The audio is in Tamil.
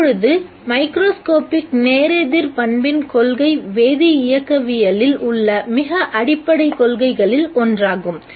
இப்பொழுது மைக்ரோஸ்கோப்பிக் நேரெதிர் பண்பின் கொள்கை வேதி இயக்கவியலில் உள்ள மிக அடிப்படை கொள்கைகளில் ஒன்றாகும்